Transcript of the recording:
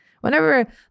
Whenever